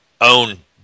own